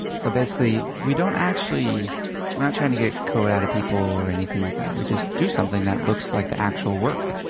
so basically we don't actually we're not trying to get code out of people or anything like that. we just do something that looks like the actual work.